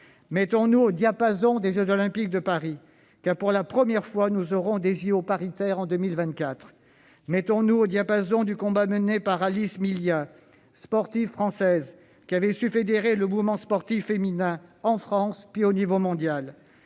Mettons-nous au diapason des jeux Olympiques de Paris : pour la première fois, nous aurons en 2024 des jeux paritaires. Mettons-nous au diapason du combat mené par Alice Milliat, cette sportive française qui avait su fédérer le mouvement sportif féminin en France puis au niveau mondial.